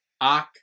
Ak